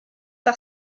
par